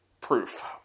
proof